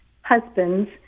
husband's